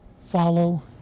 Follow